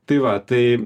tai va tai